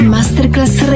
Masterclass